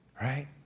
Right